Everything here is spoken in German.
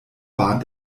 bahnt